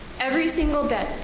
every single bit.